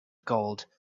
gold